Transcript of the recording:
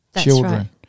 Children